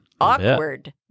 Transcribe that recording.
Awkward